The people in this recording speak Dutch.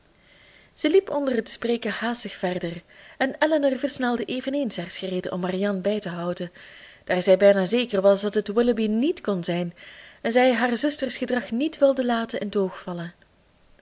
ze liep onder het spreken haastig verder en elinor versnelde eveneens haar schreden om marianne bij te houden daar zij bijna zeker was dat het willoughby niet kon zijn en zij haar zuster's gedrag niet wilde laten in t oog vallen